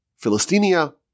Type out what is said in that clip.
Philistinia